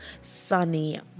sunny